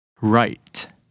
Right